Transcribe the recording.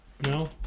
No